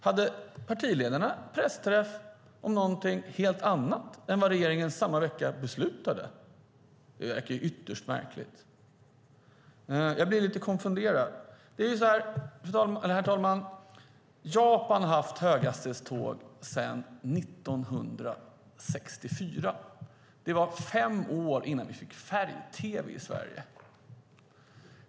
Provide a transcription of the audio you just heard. Hade partiledarna pressträff om någonting helt annat än vad regeringen samma vecka beslutade om? Det verkar ju ytterst märkligt. Jag blir lite konfunderad. Herr talman! Japan har haft höghastighetståg sedan 1964. Det var fem år innan vi fick färg-tv i Sverige.